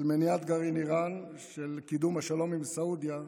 של מניעת גרעין מאיראן, של קידום השלום עם סעודיה,